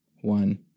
one